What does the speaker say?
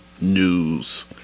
news